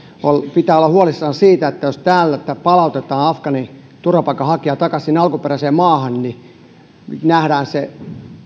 pitää olla huolissaan siitä että jos täältä palautetaan afgaaniturvapaikanhakija takaisin sinne alkuperäiseen maahan niin se